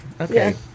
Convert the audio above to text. okay